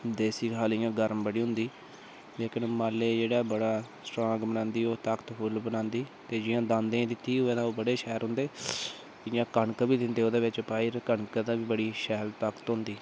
देसी खल इ'यां गर्म बड़ी होंदी लेकिन माल्ले गी जेह्ड़ा बड़ा स्ट्रांग बनांदी ओह् ताकतबर बनांदी ते जि'यां दांदे गी दित्ती दी होऐ ते ओह् बड़े शैल रौंह्दे इ'यां कनक बी दिंदे ओह्दे बिच पाइयै कनक दी बी बड़ी शैल ताकत होंदी